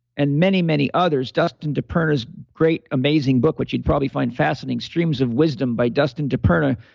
and many many others, dustin diperna's great, amazing book, which you'd probably find fascinating, streams of wisdom by dustin diperna,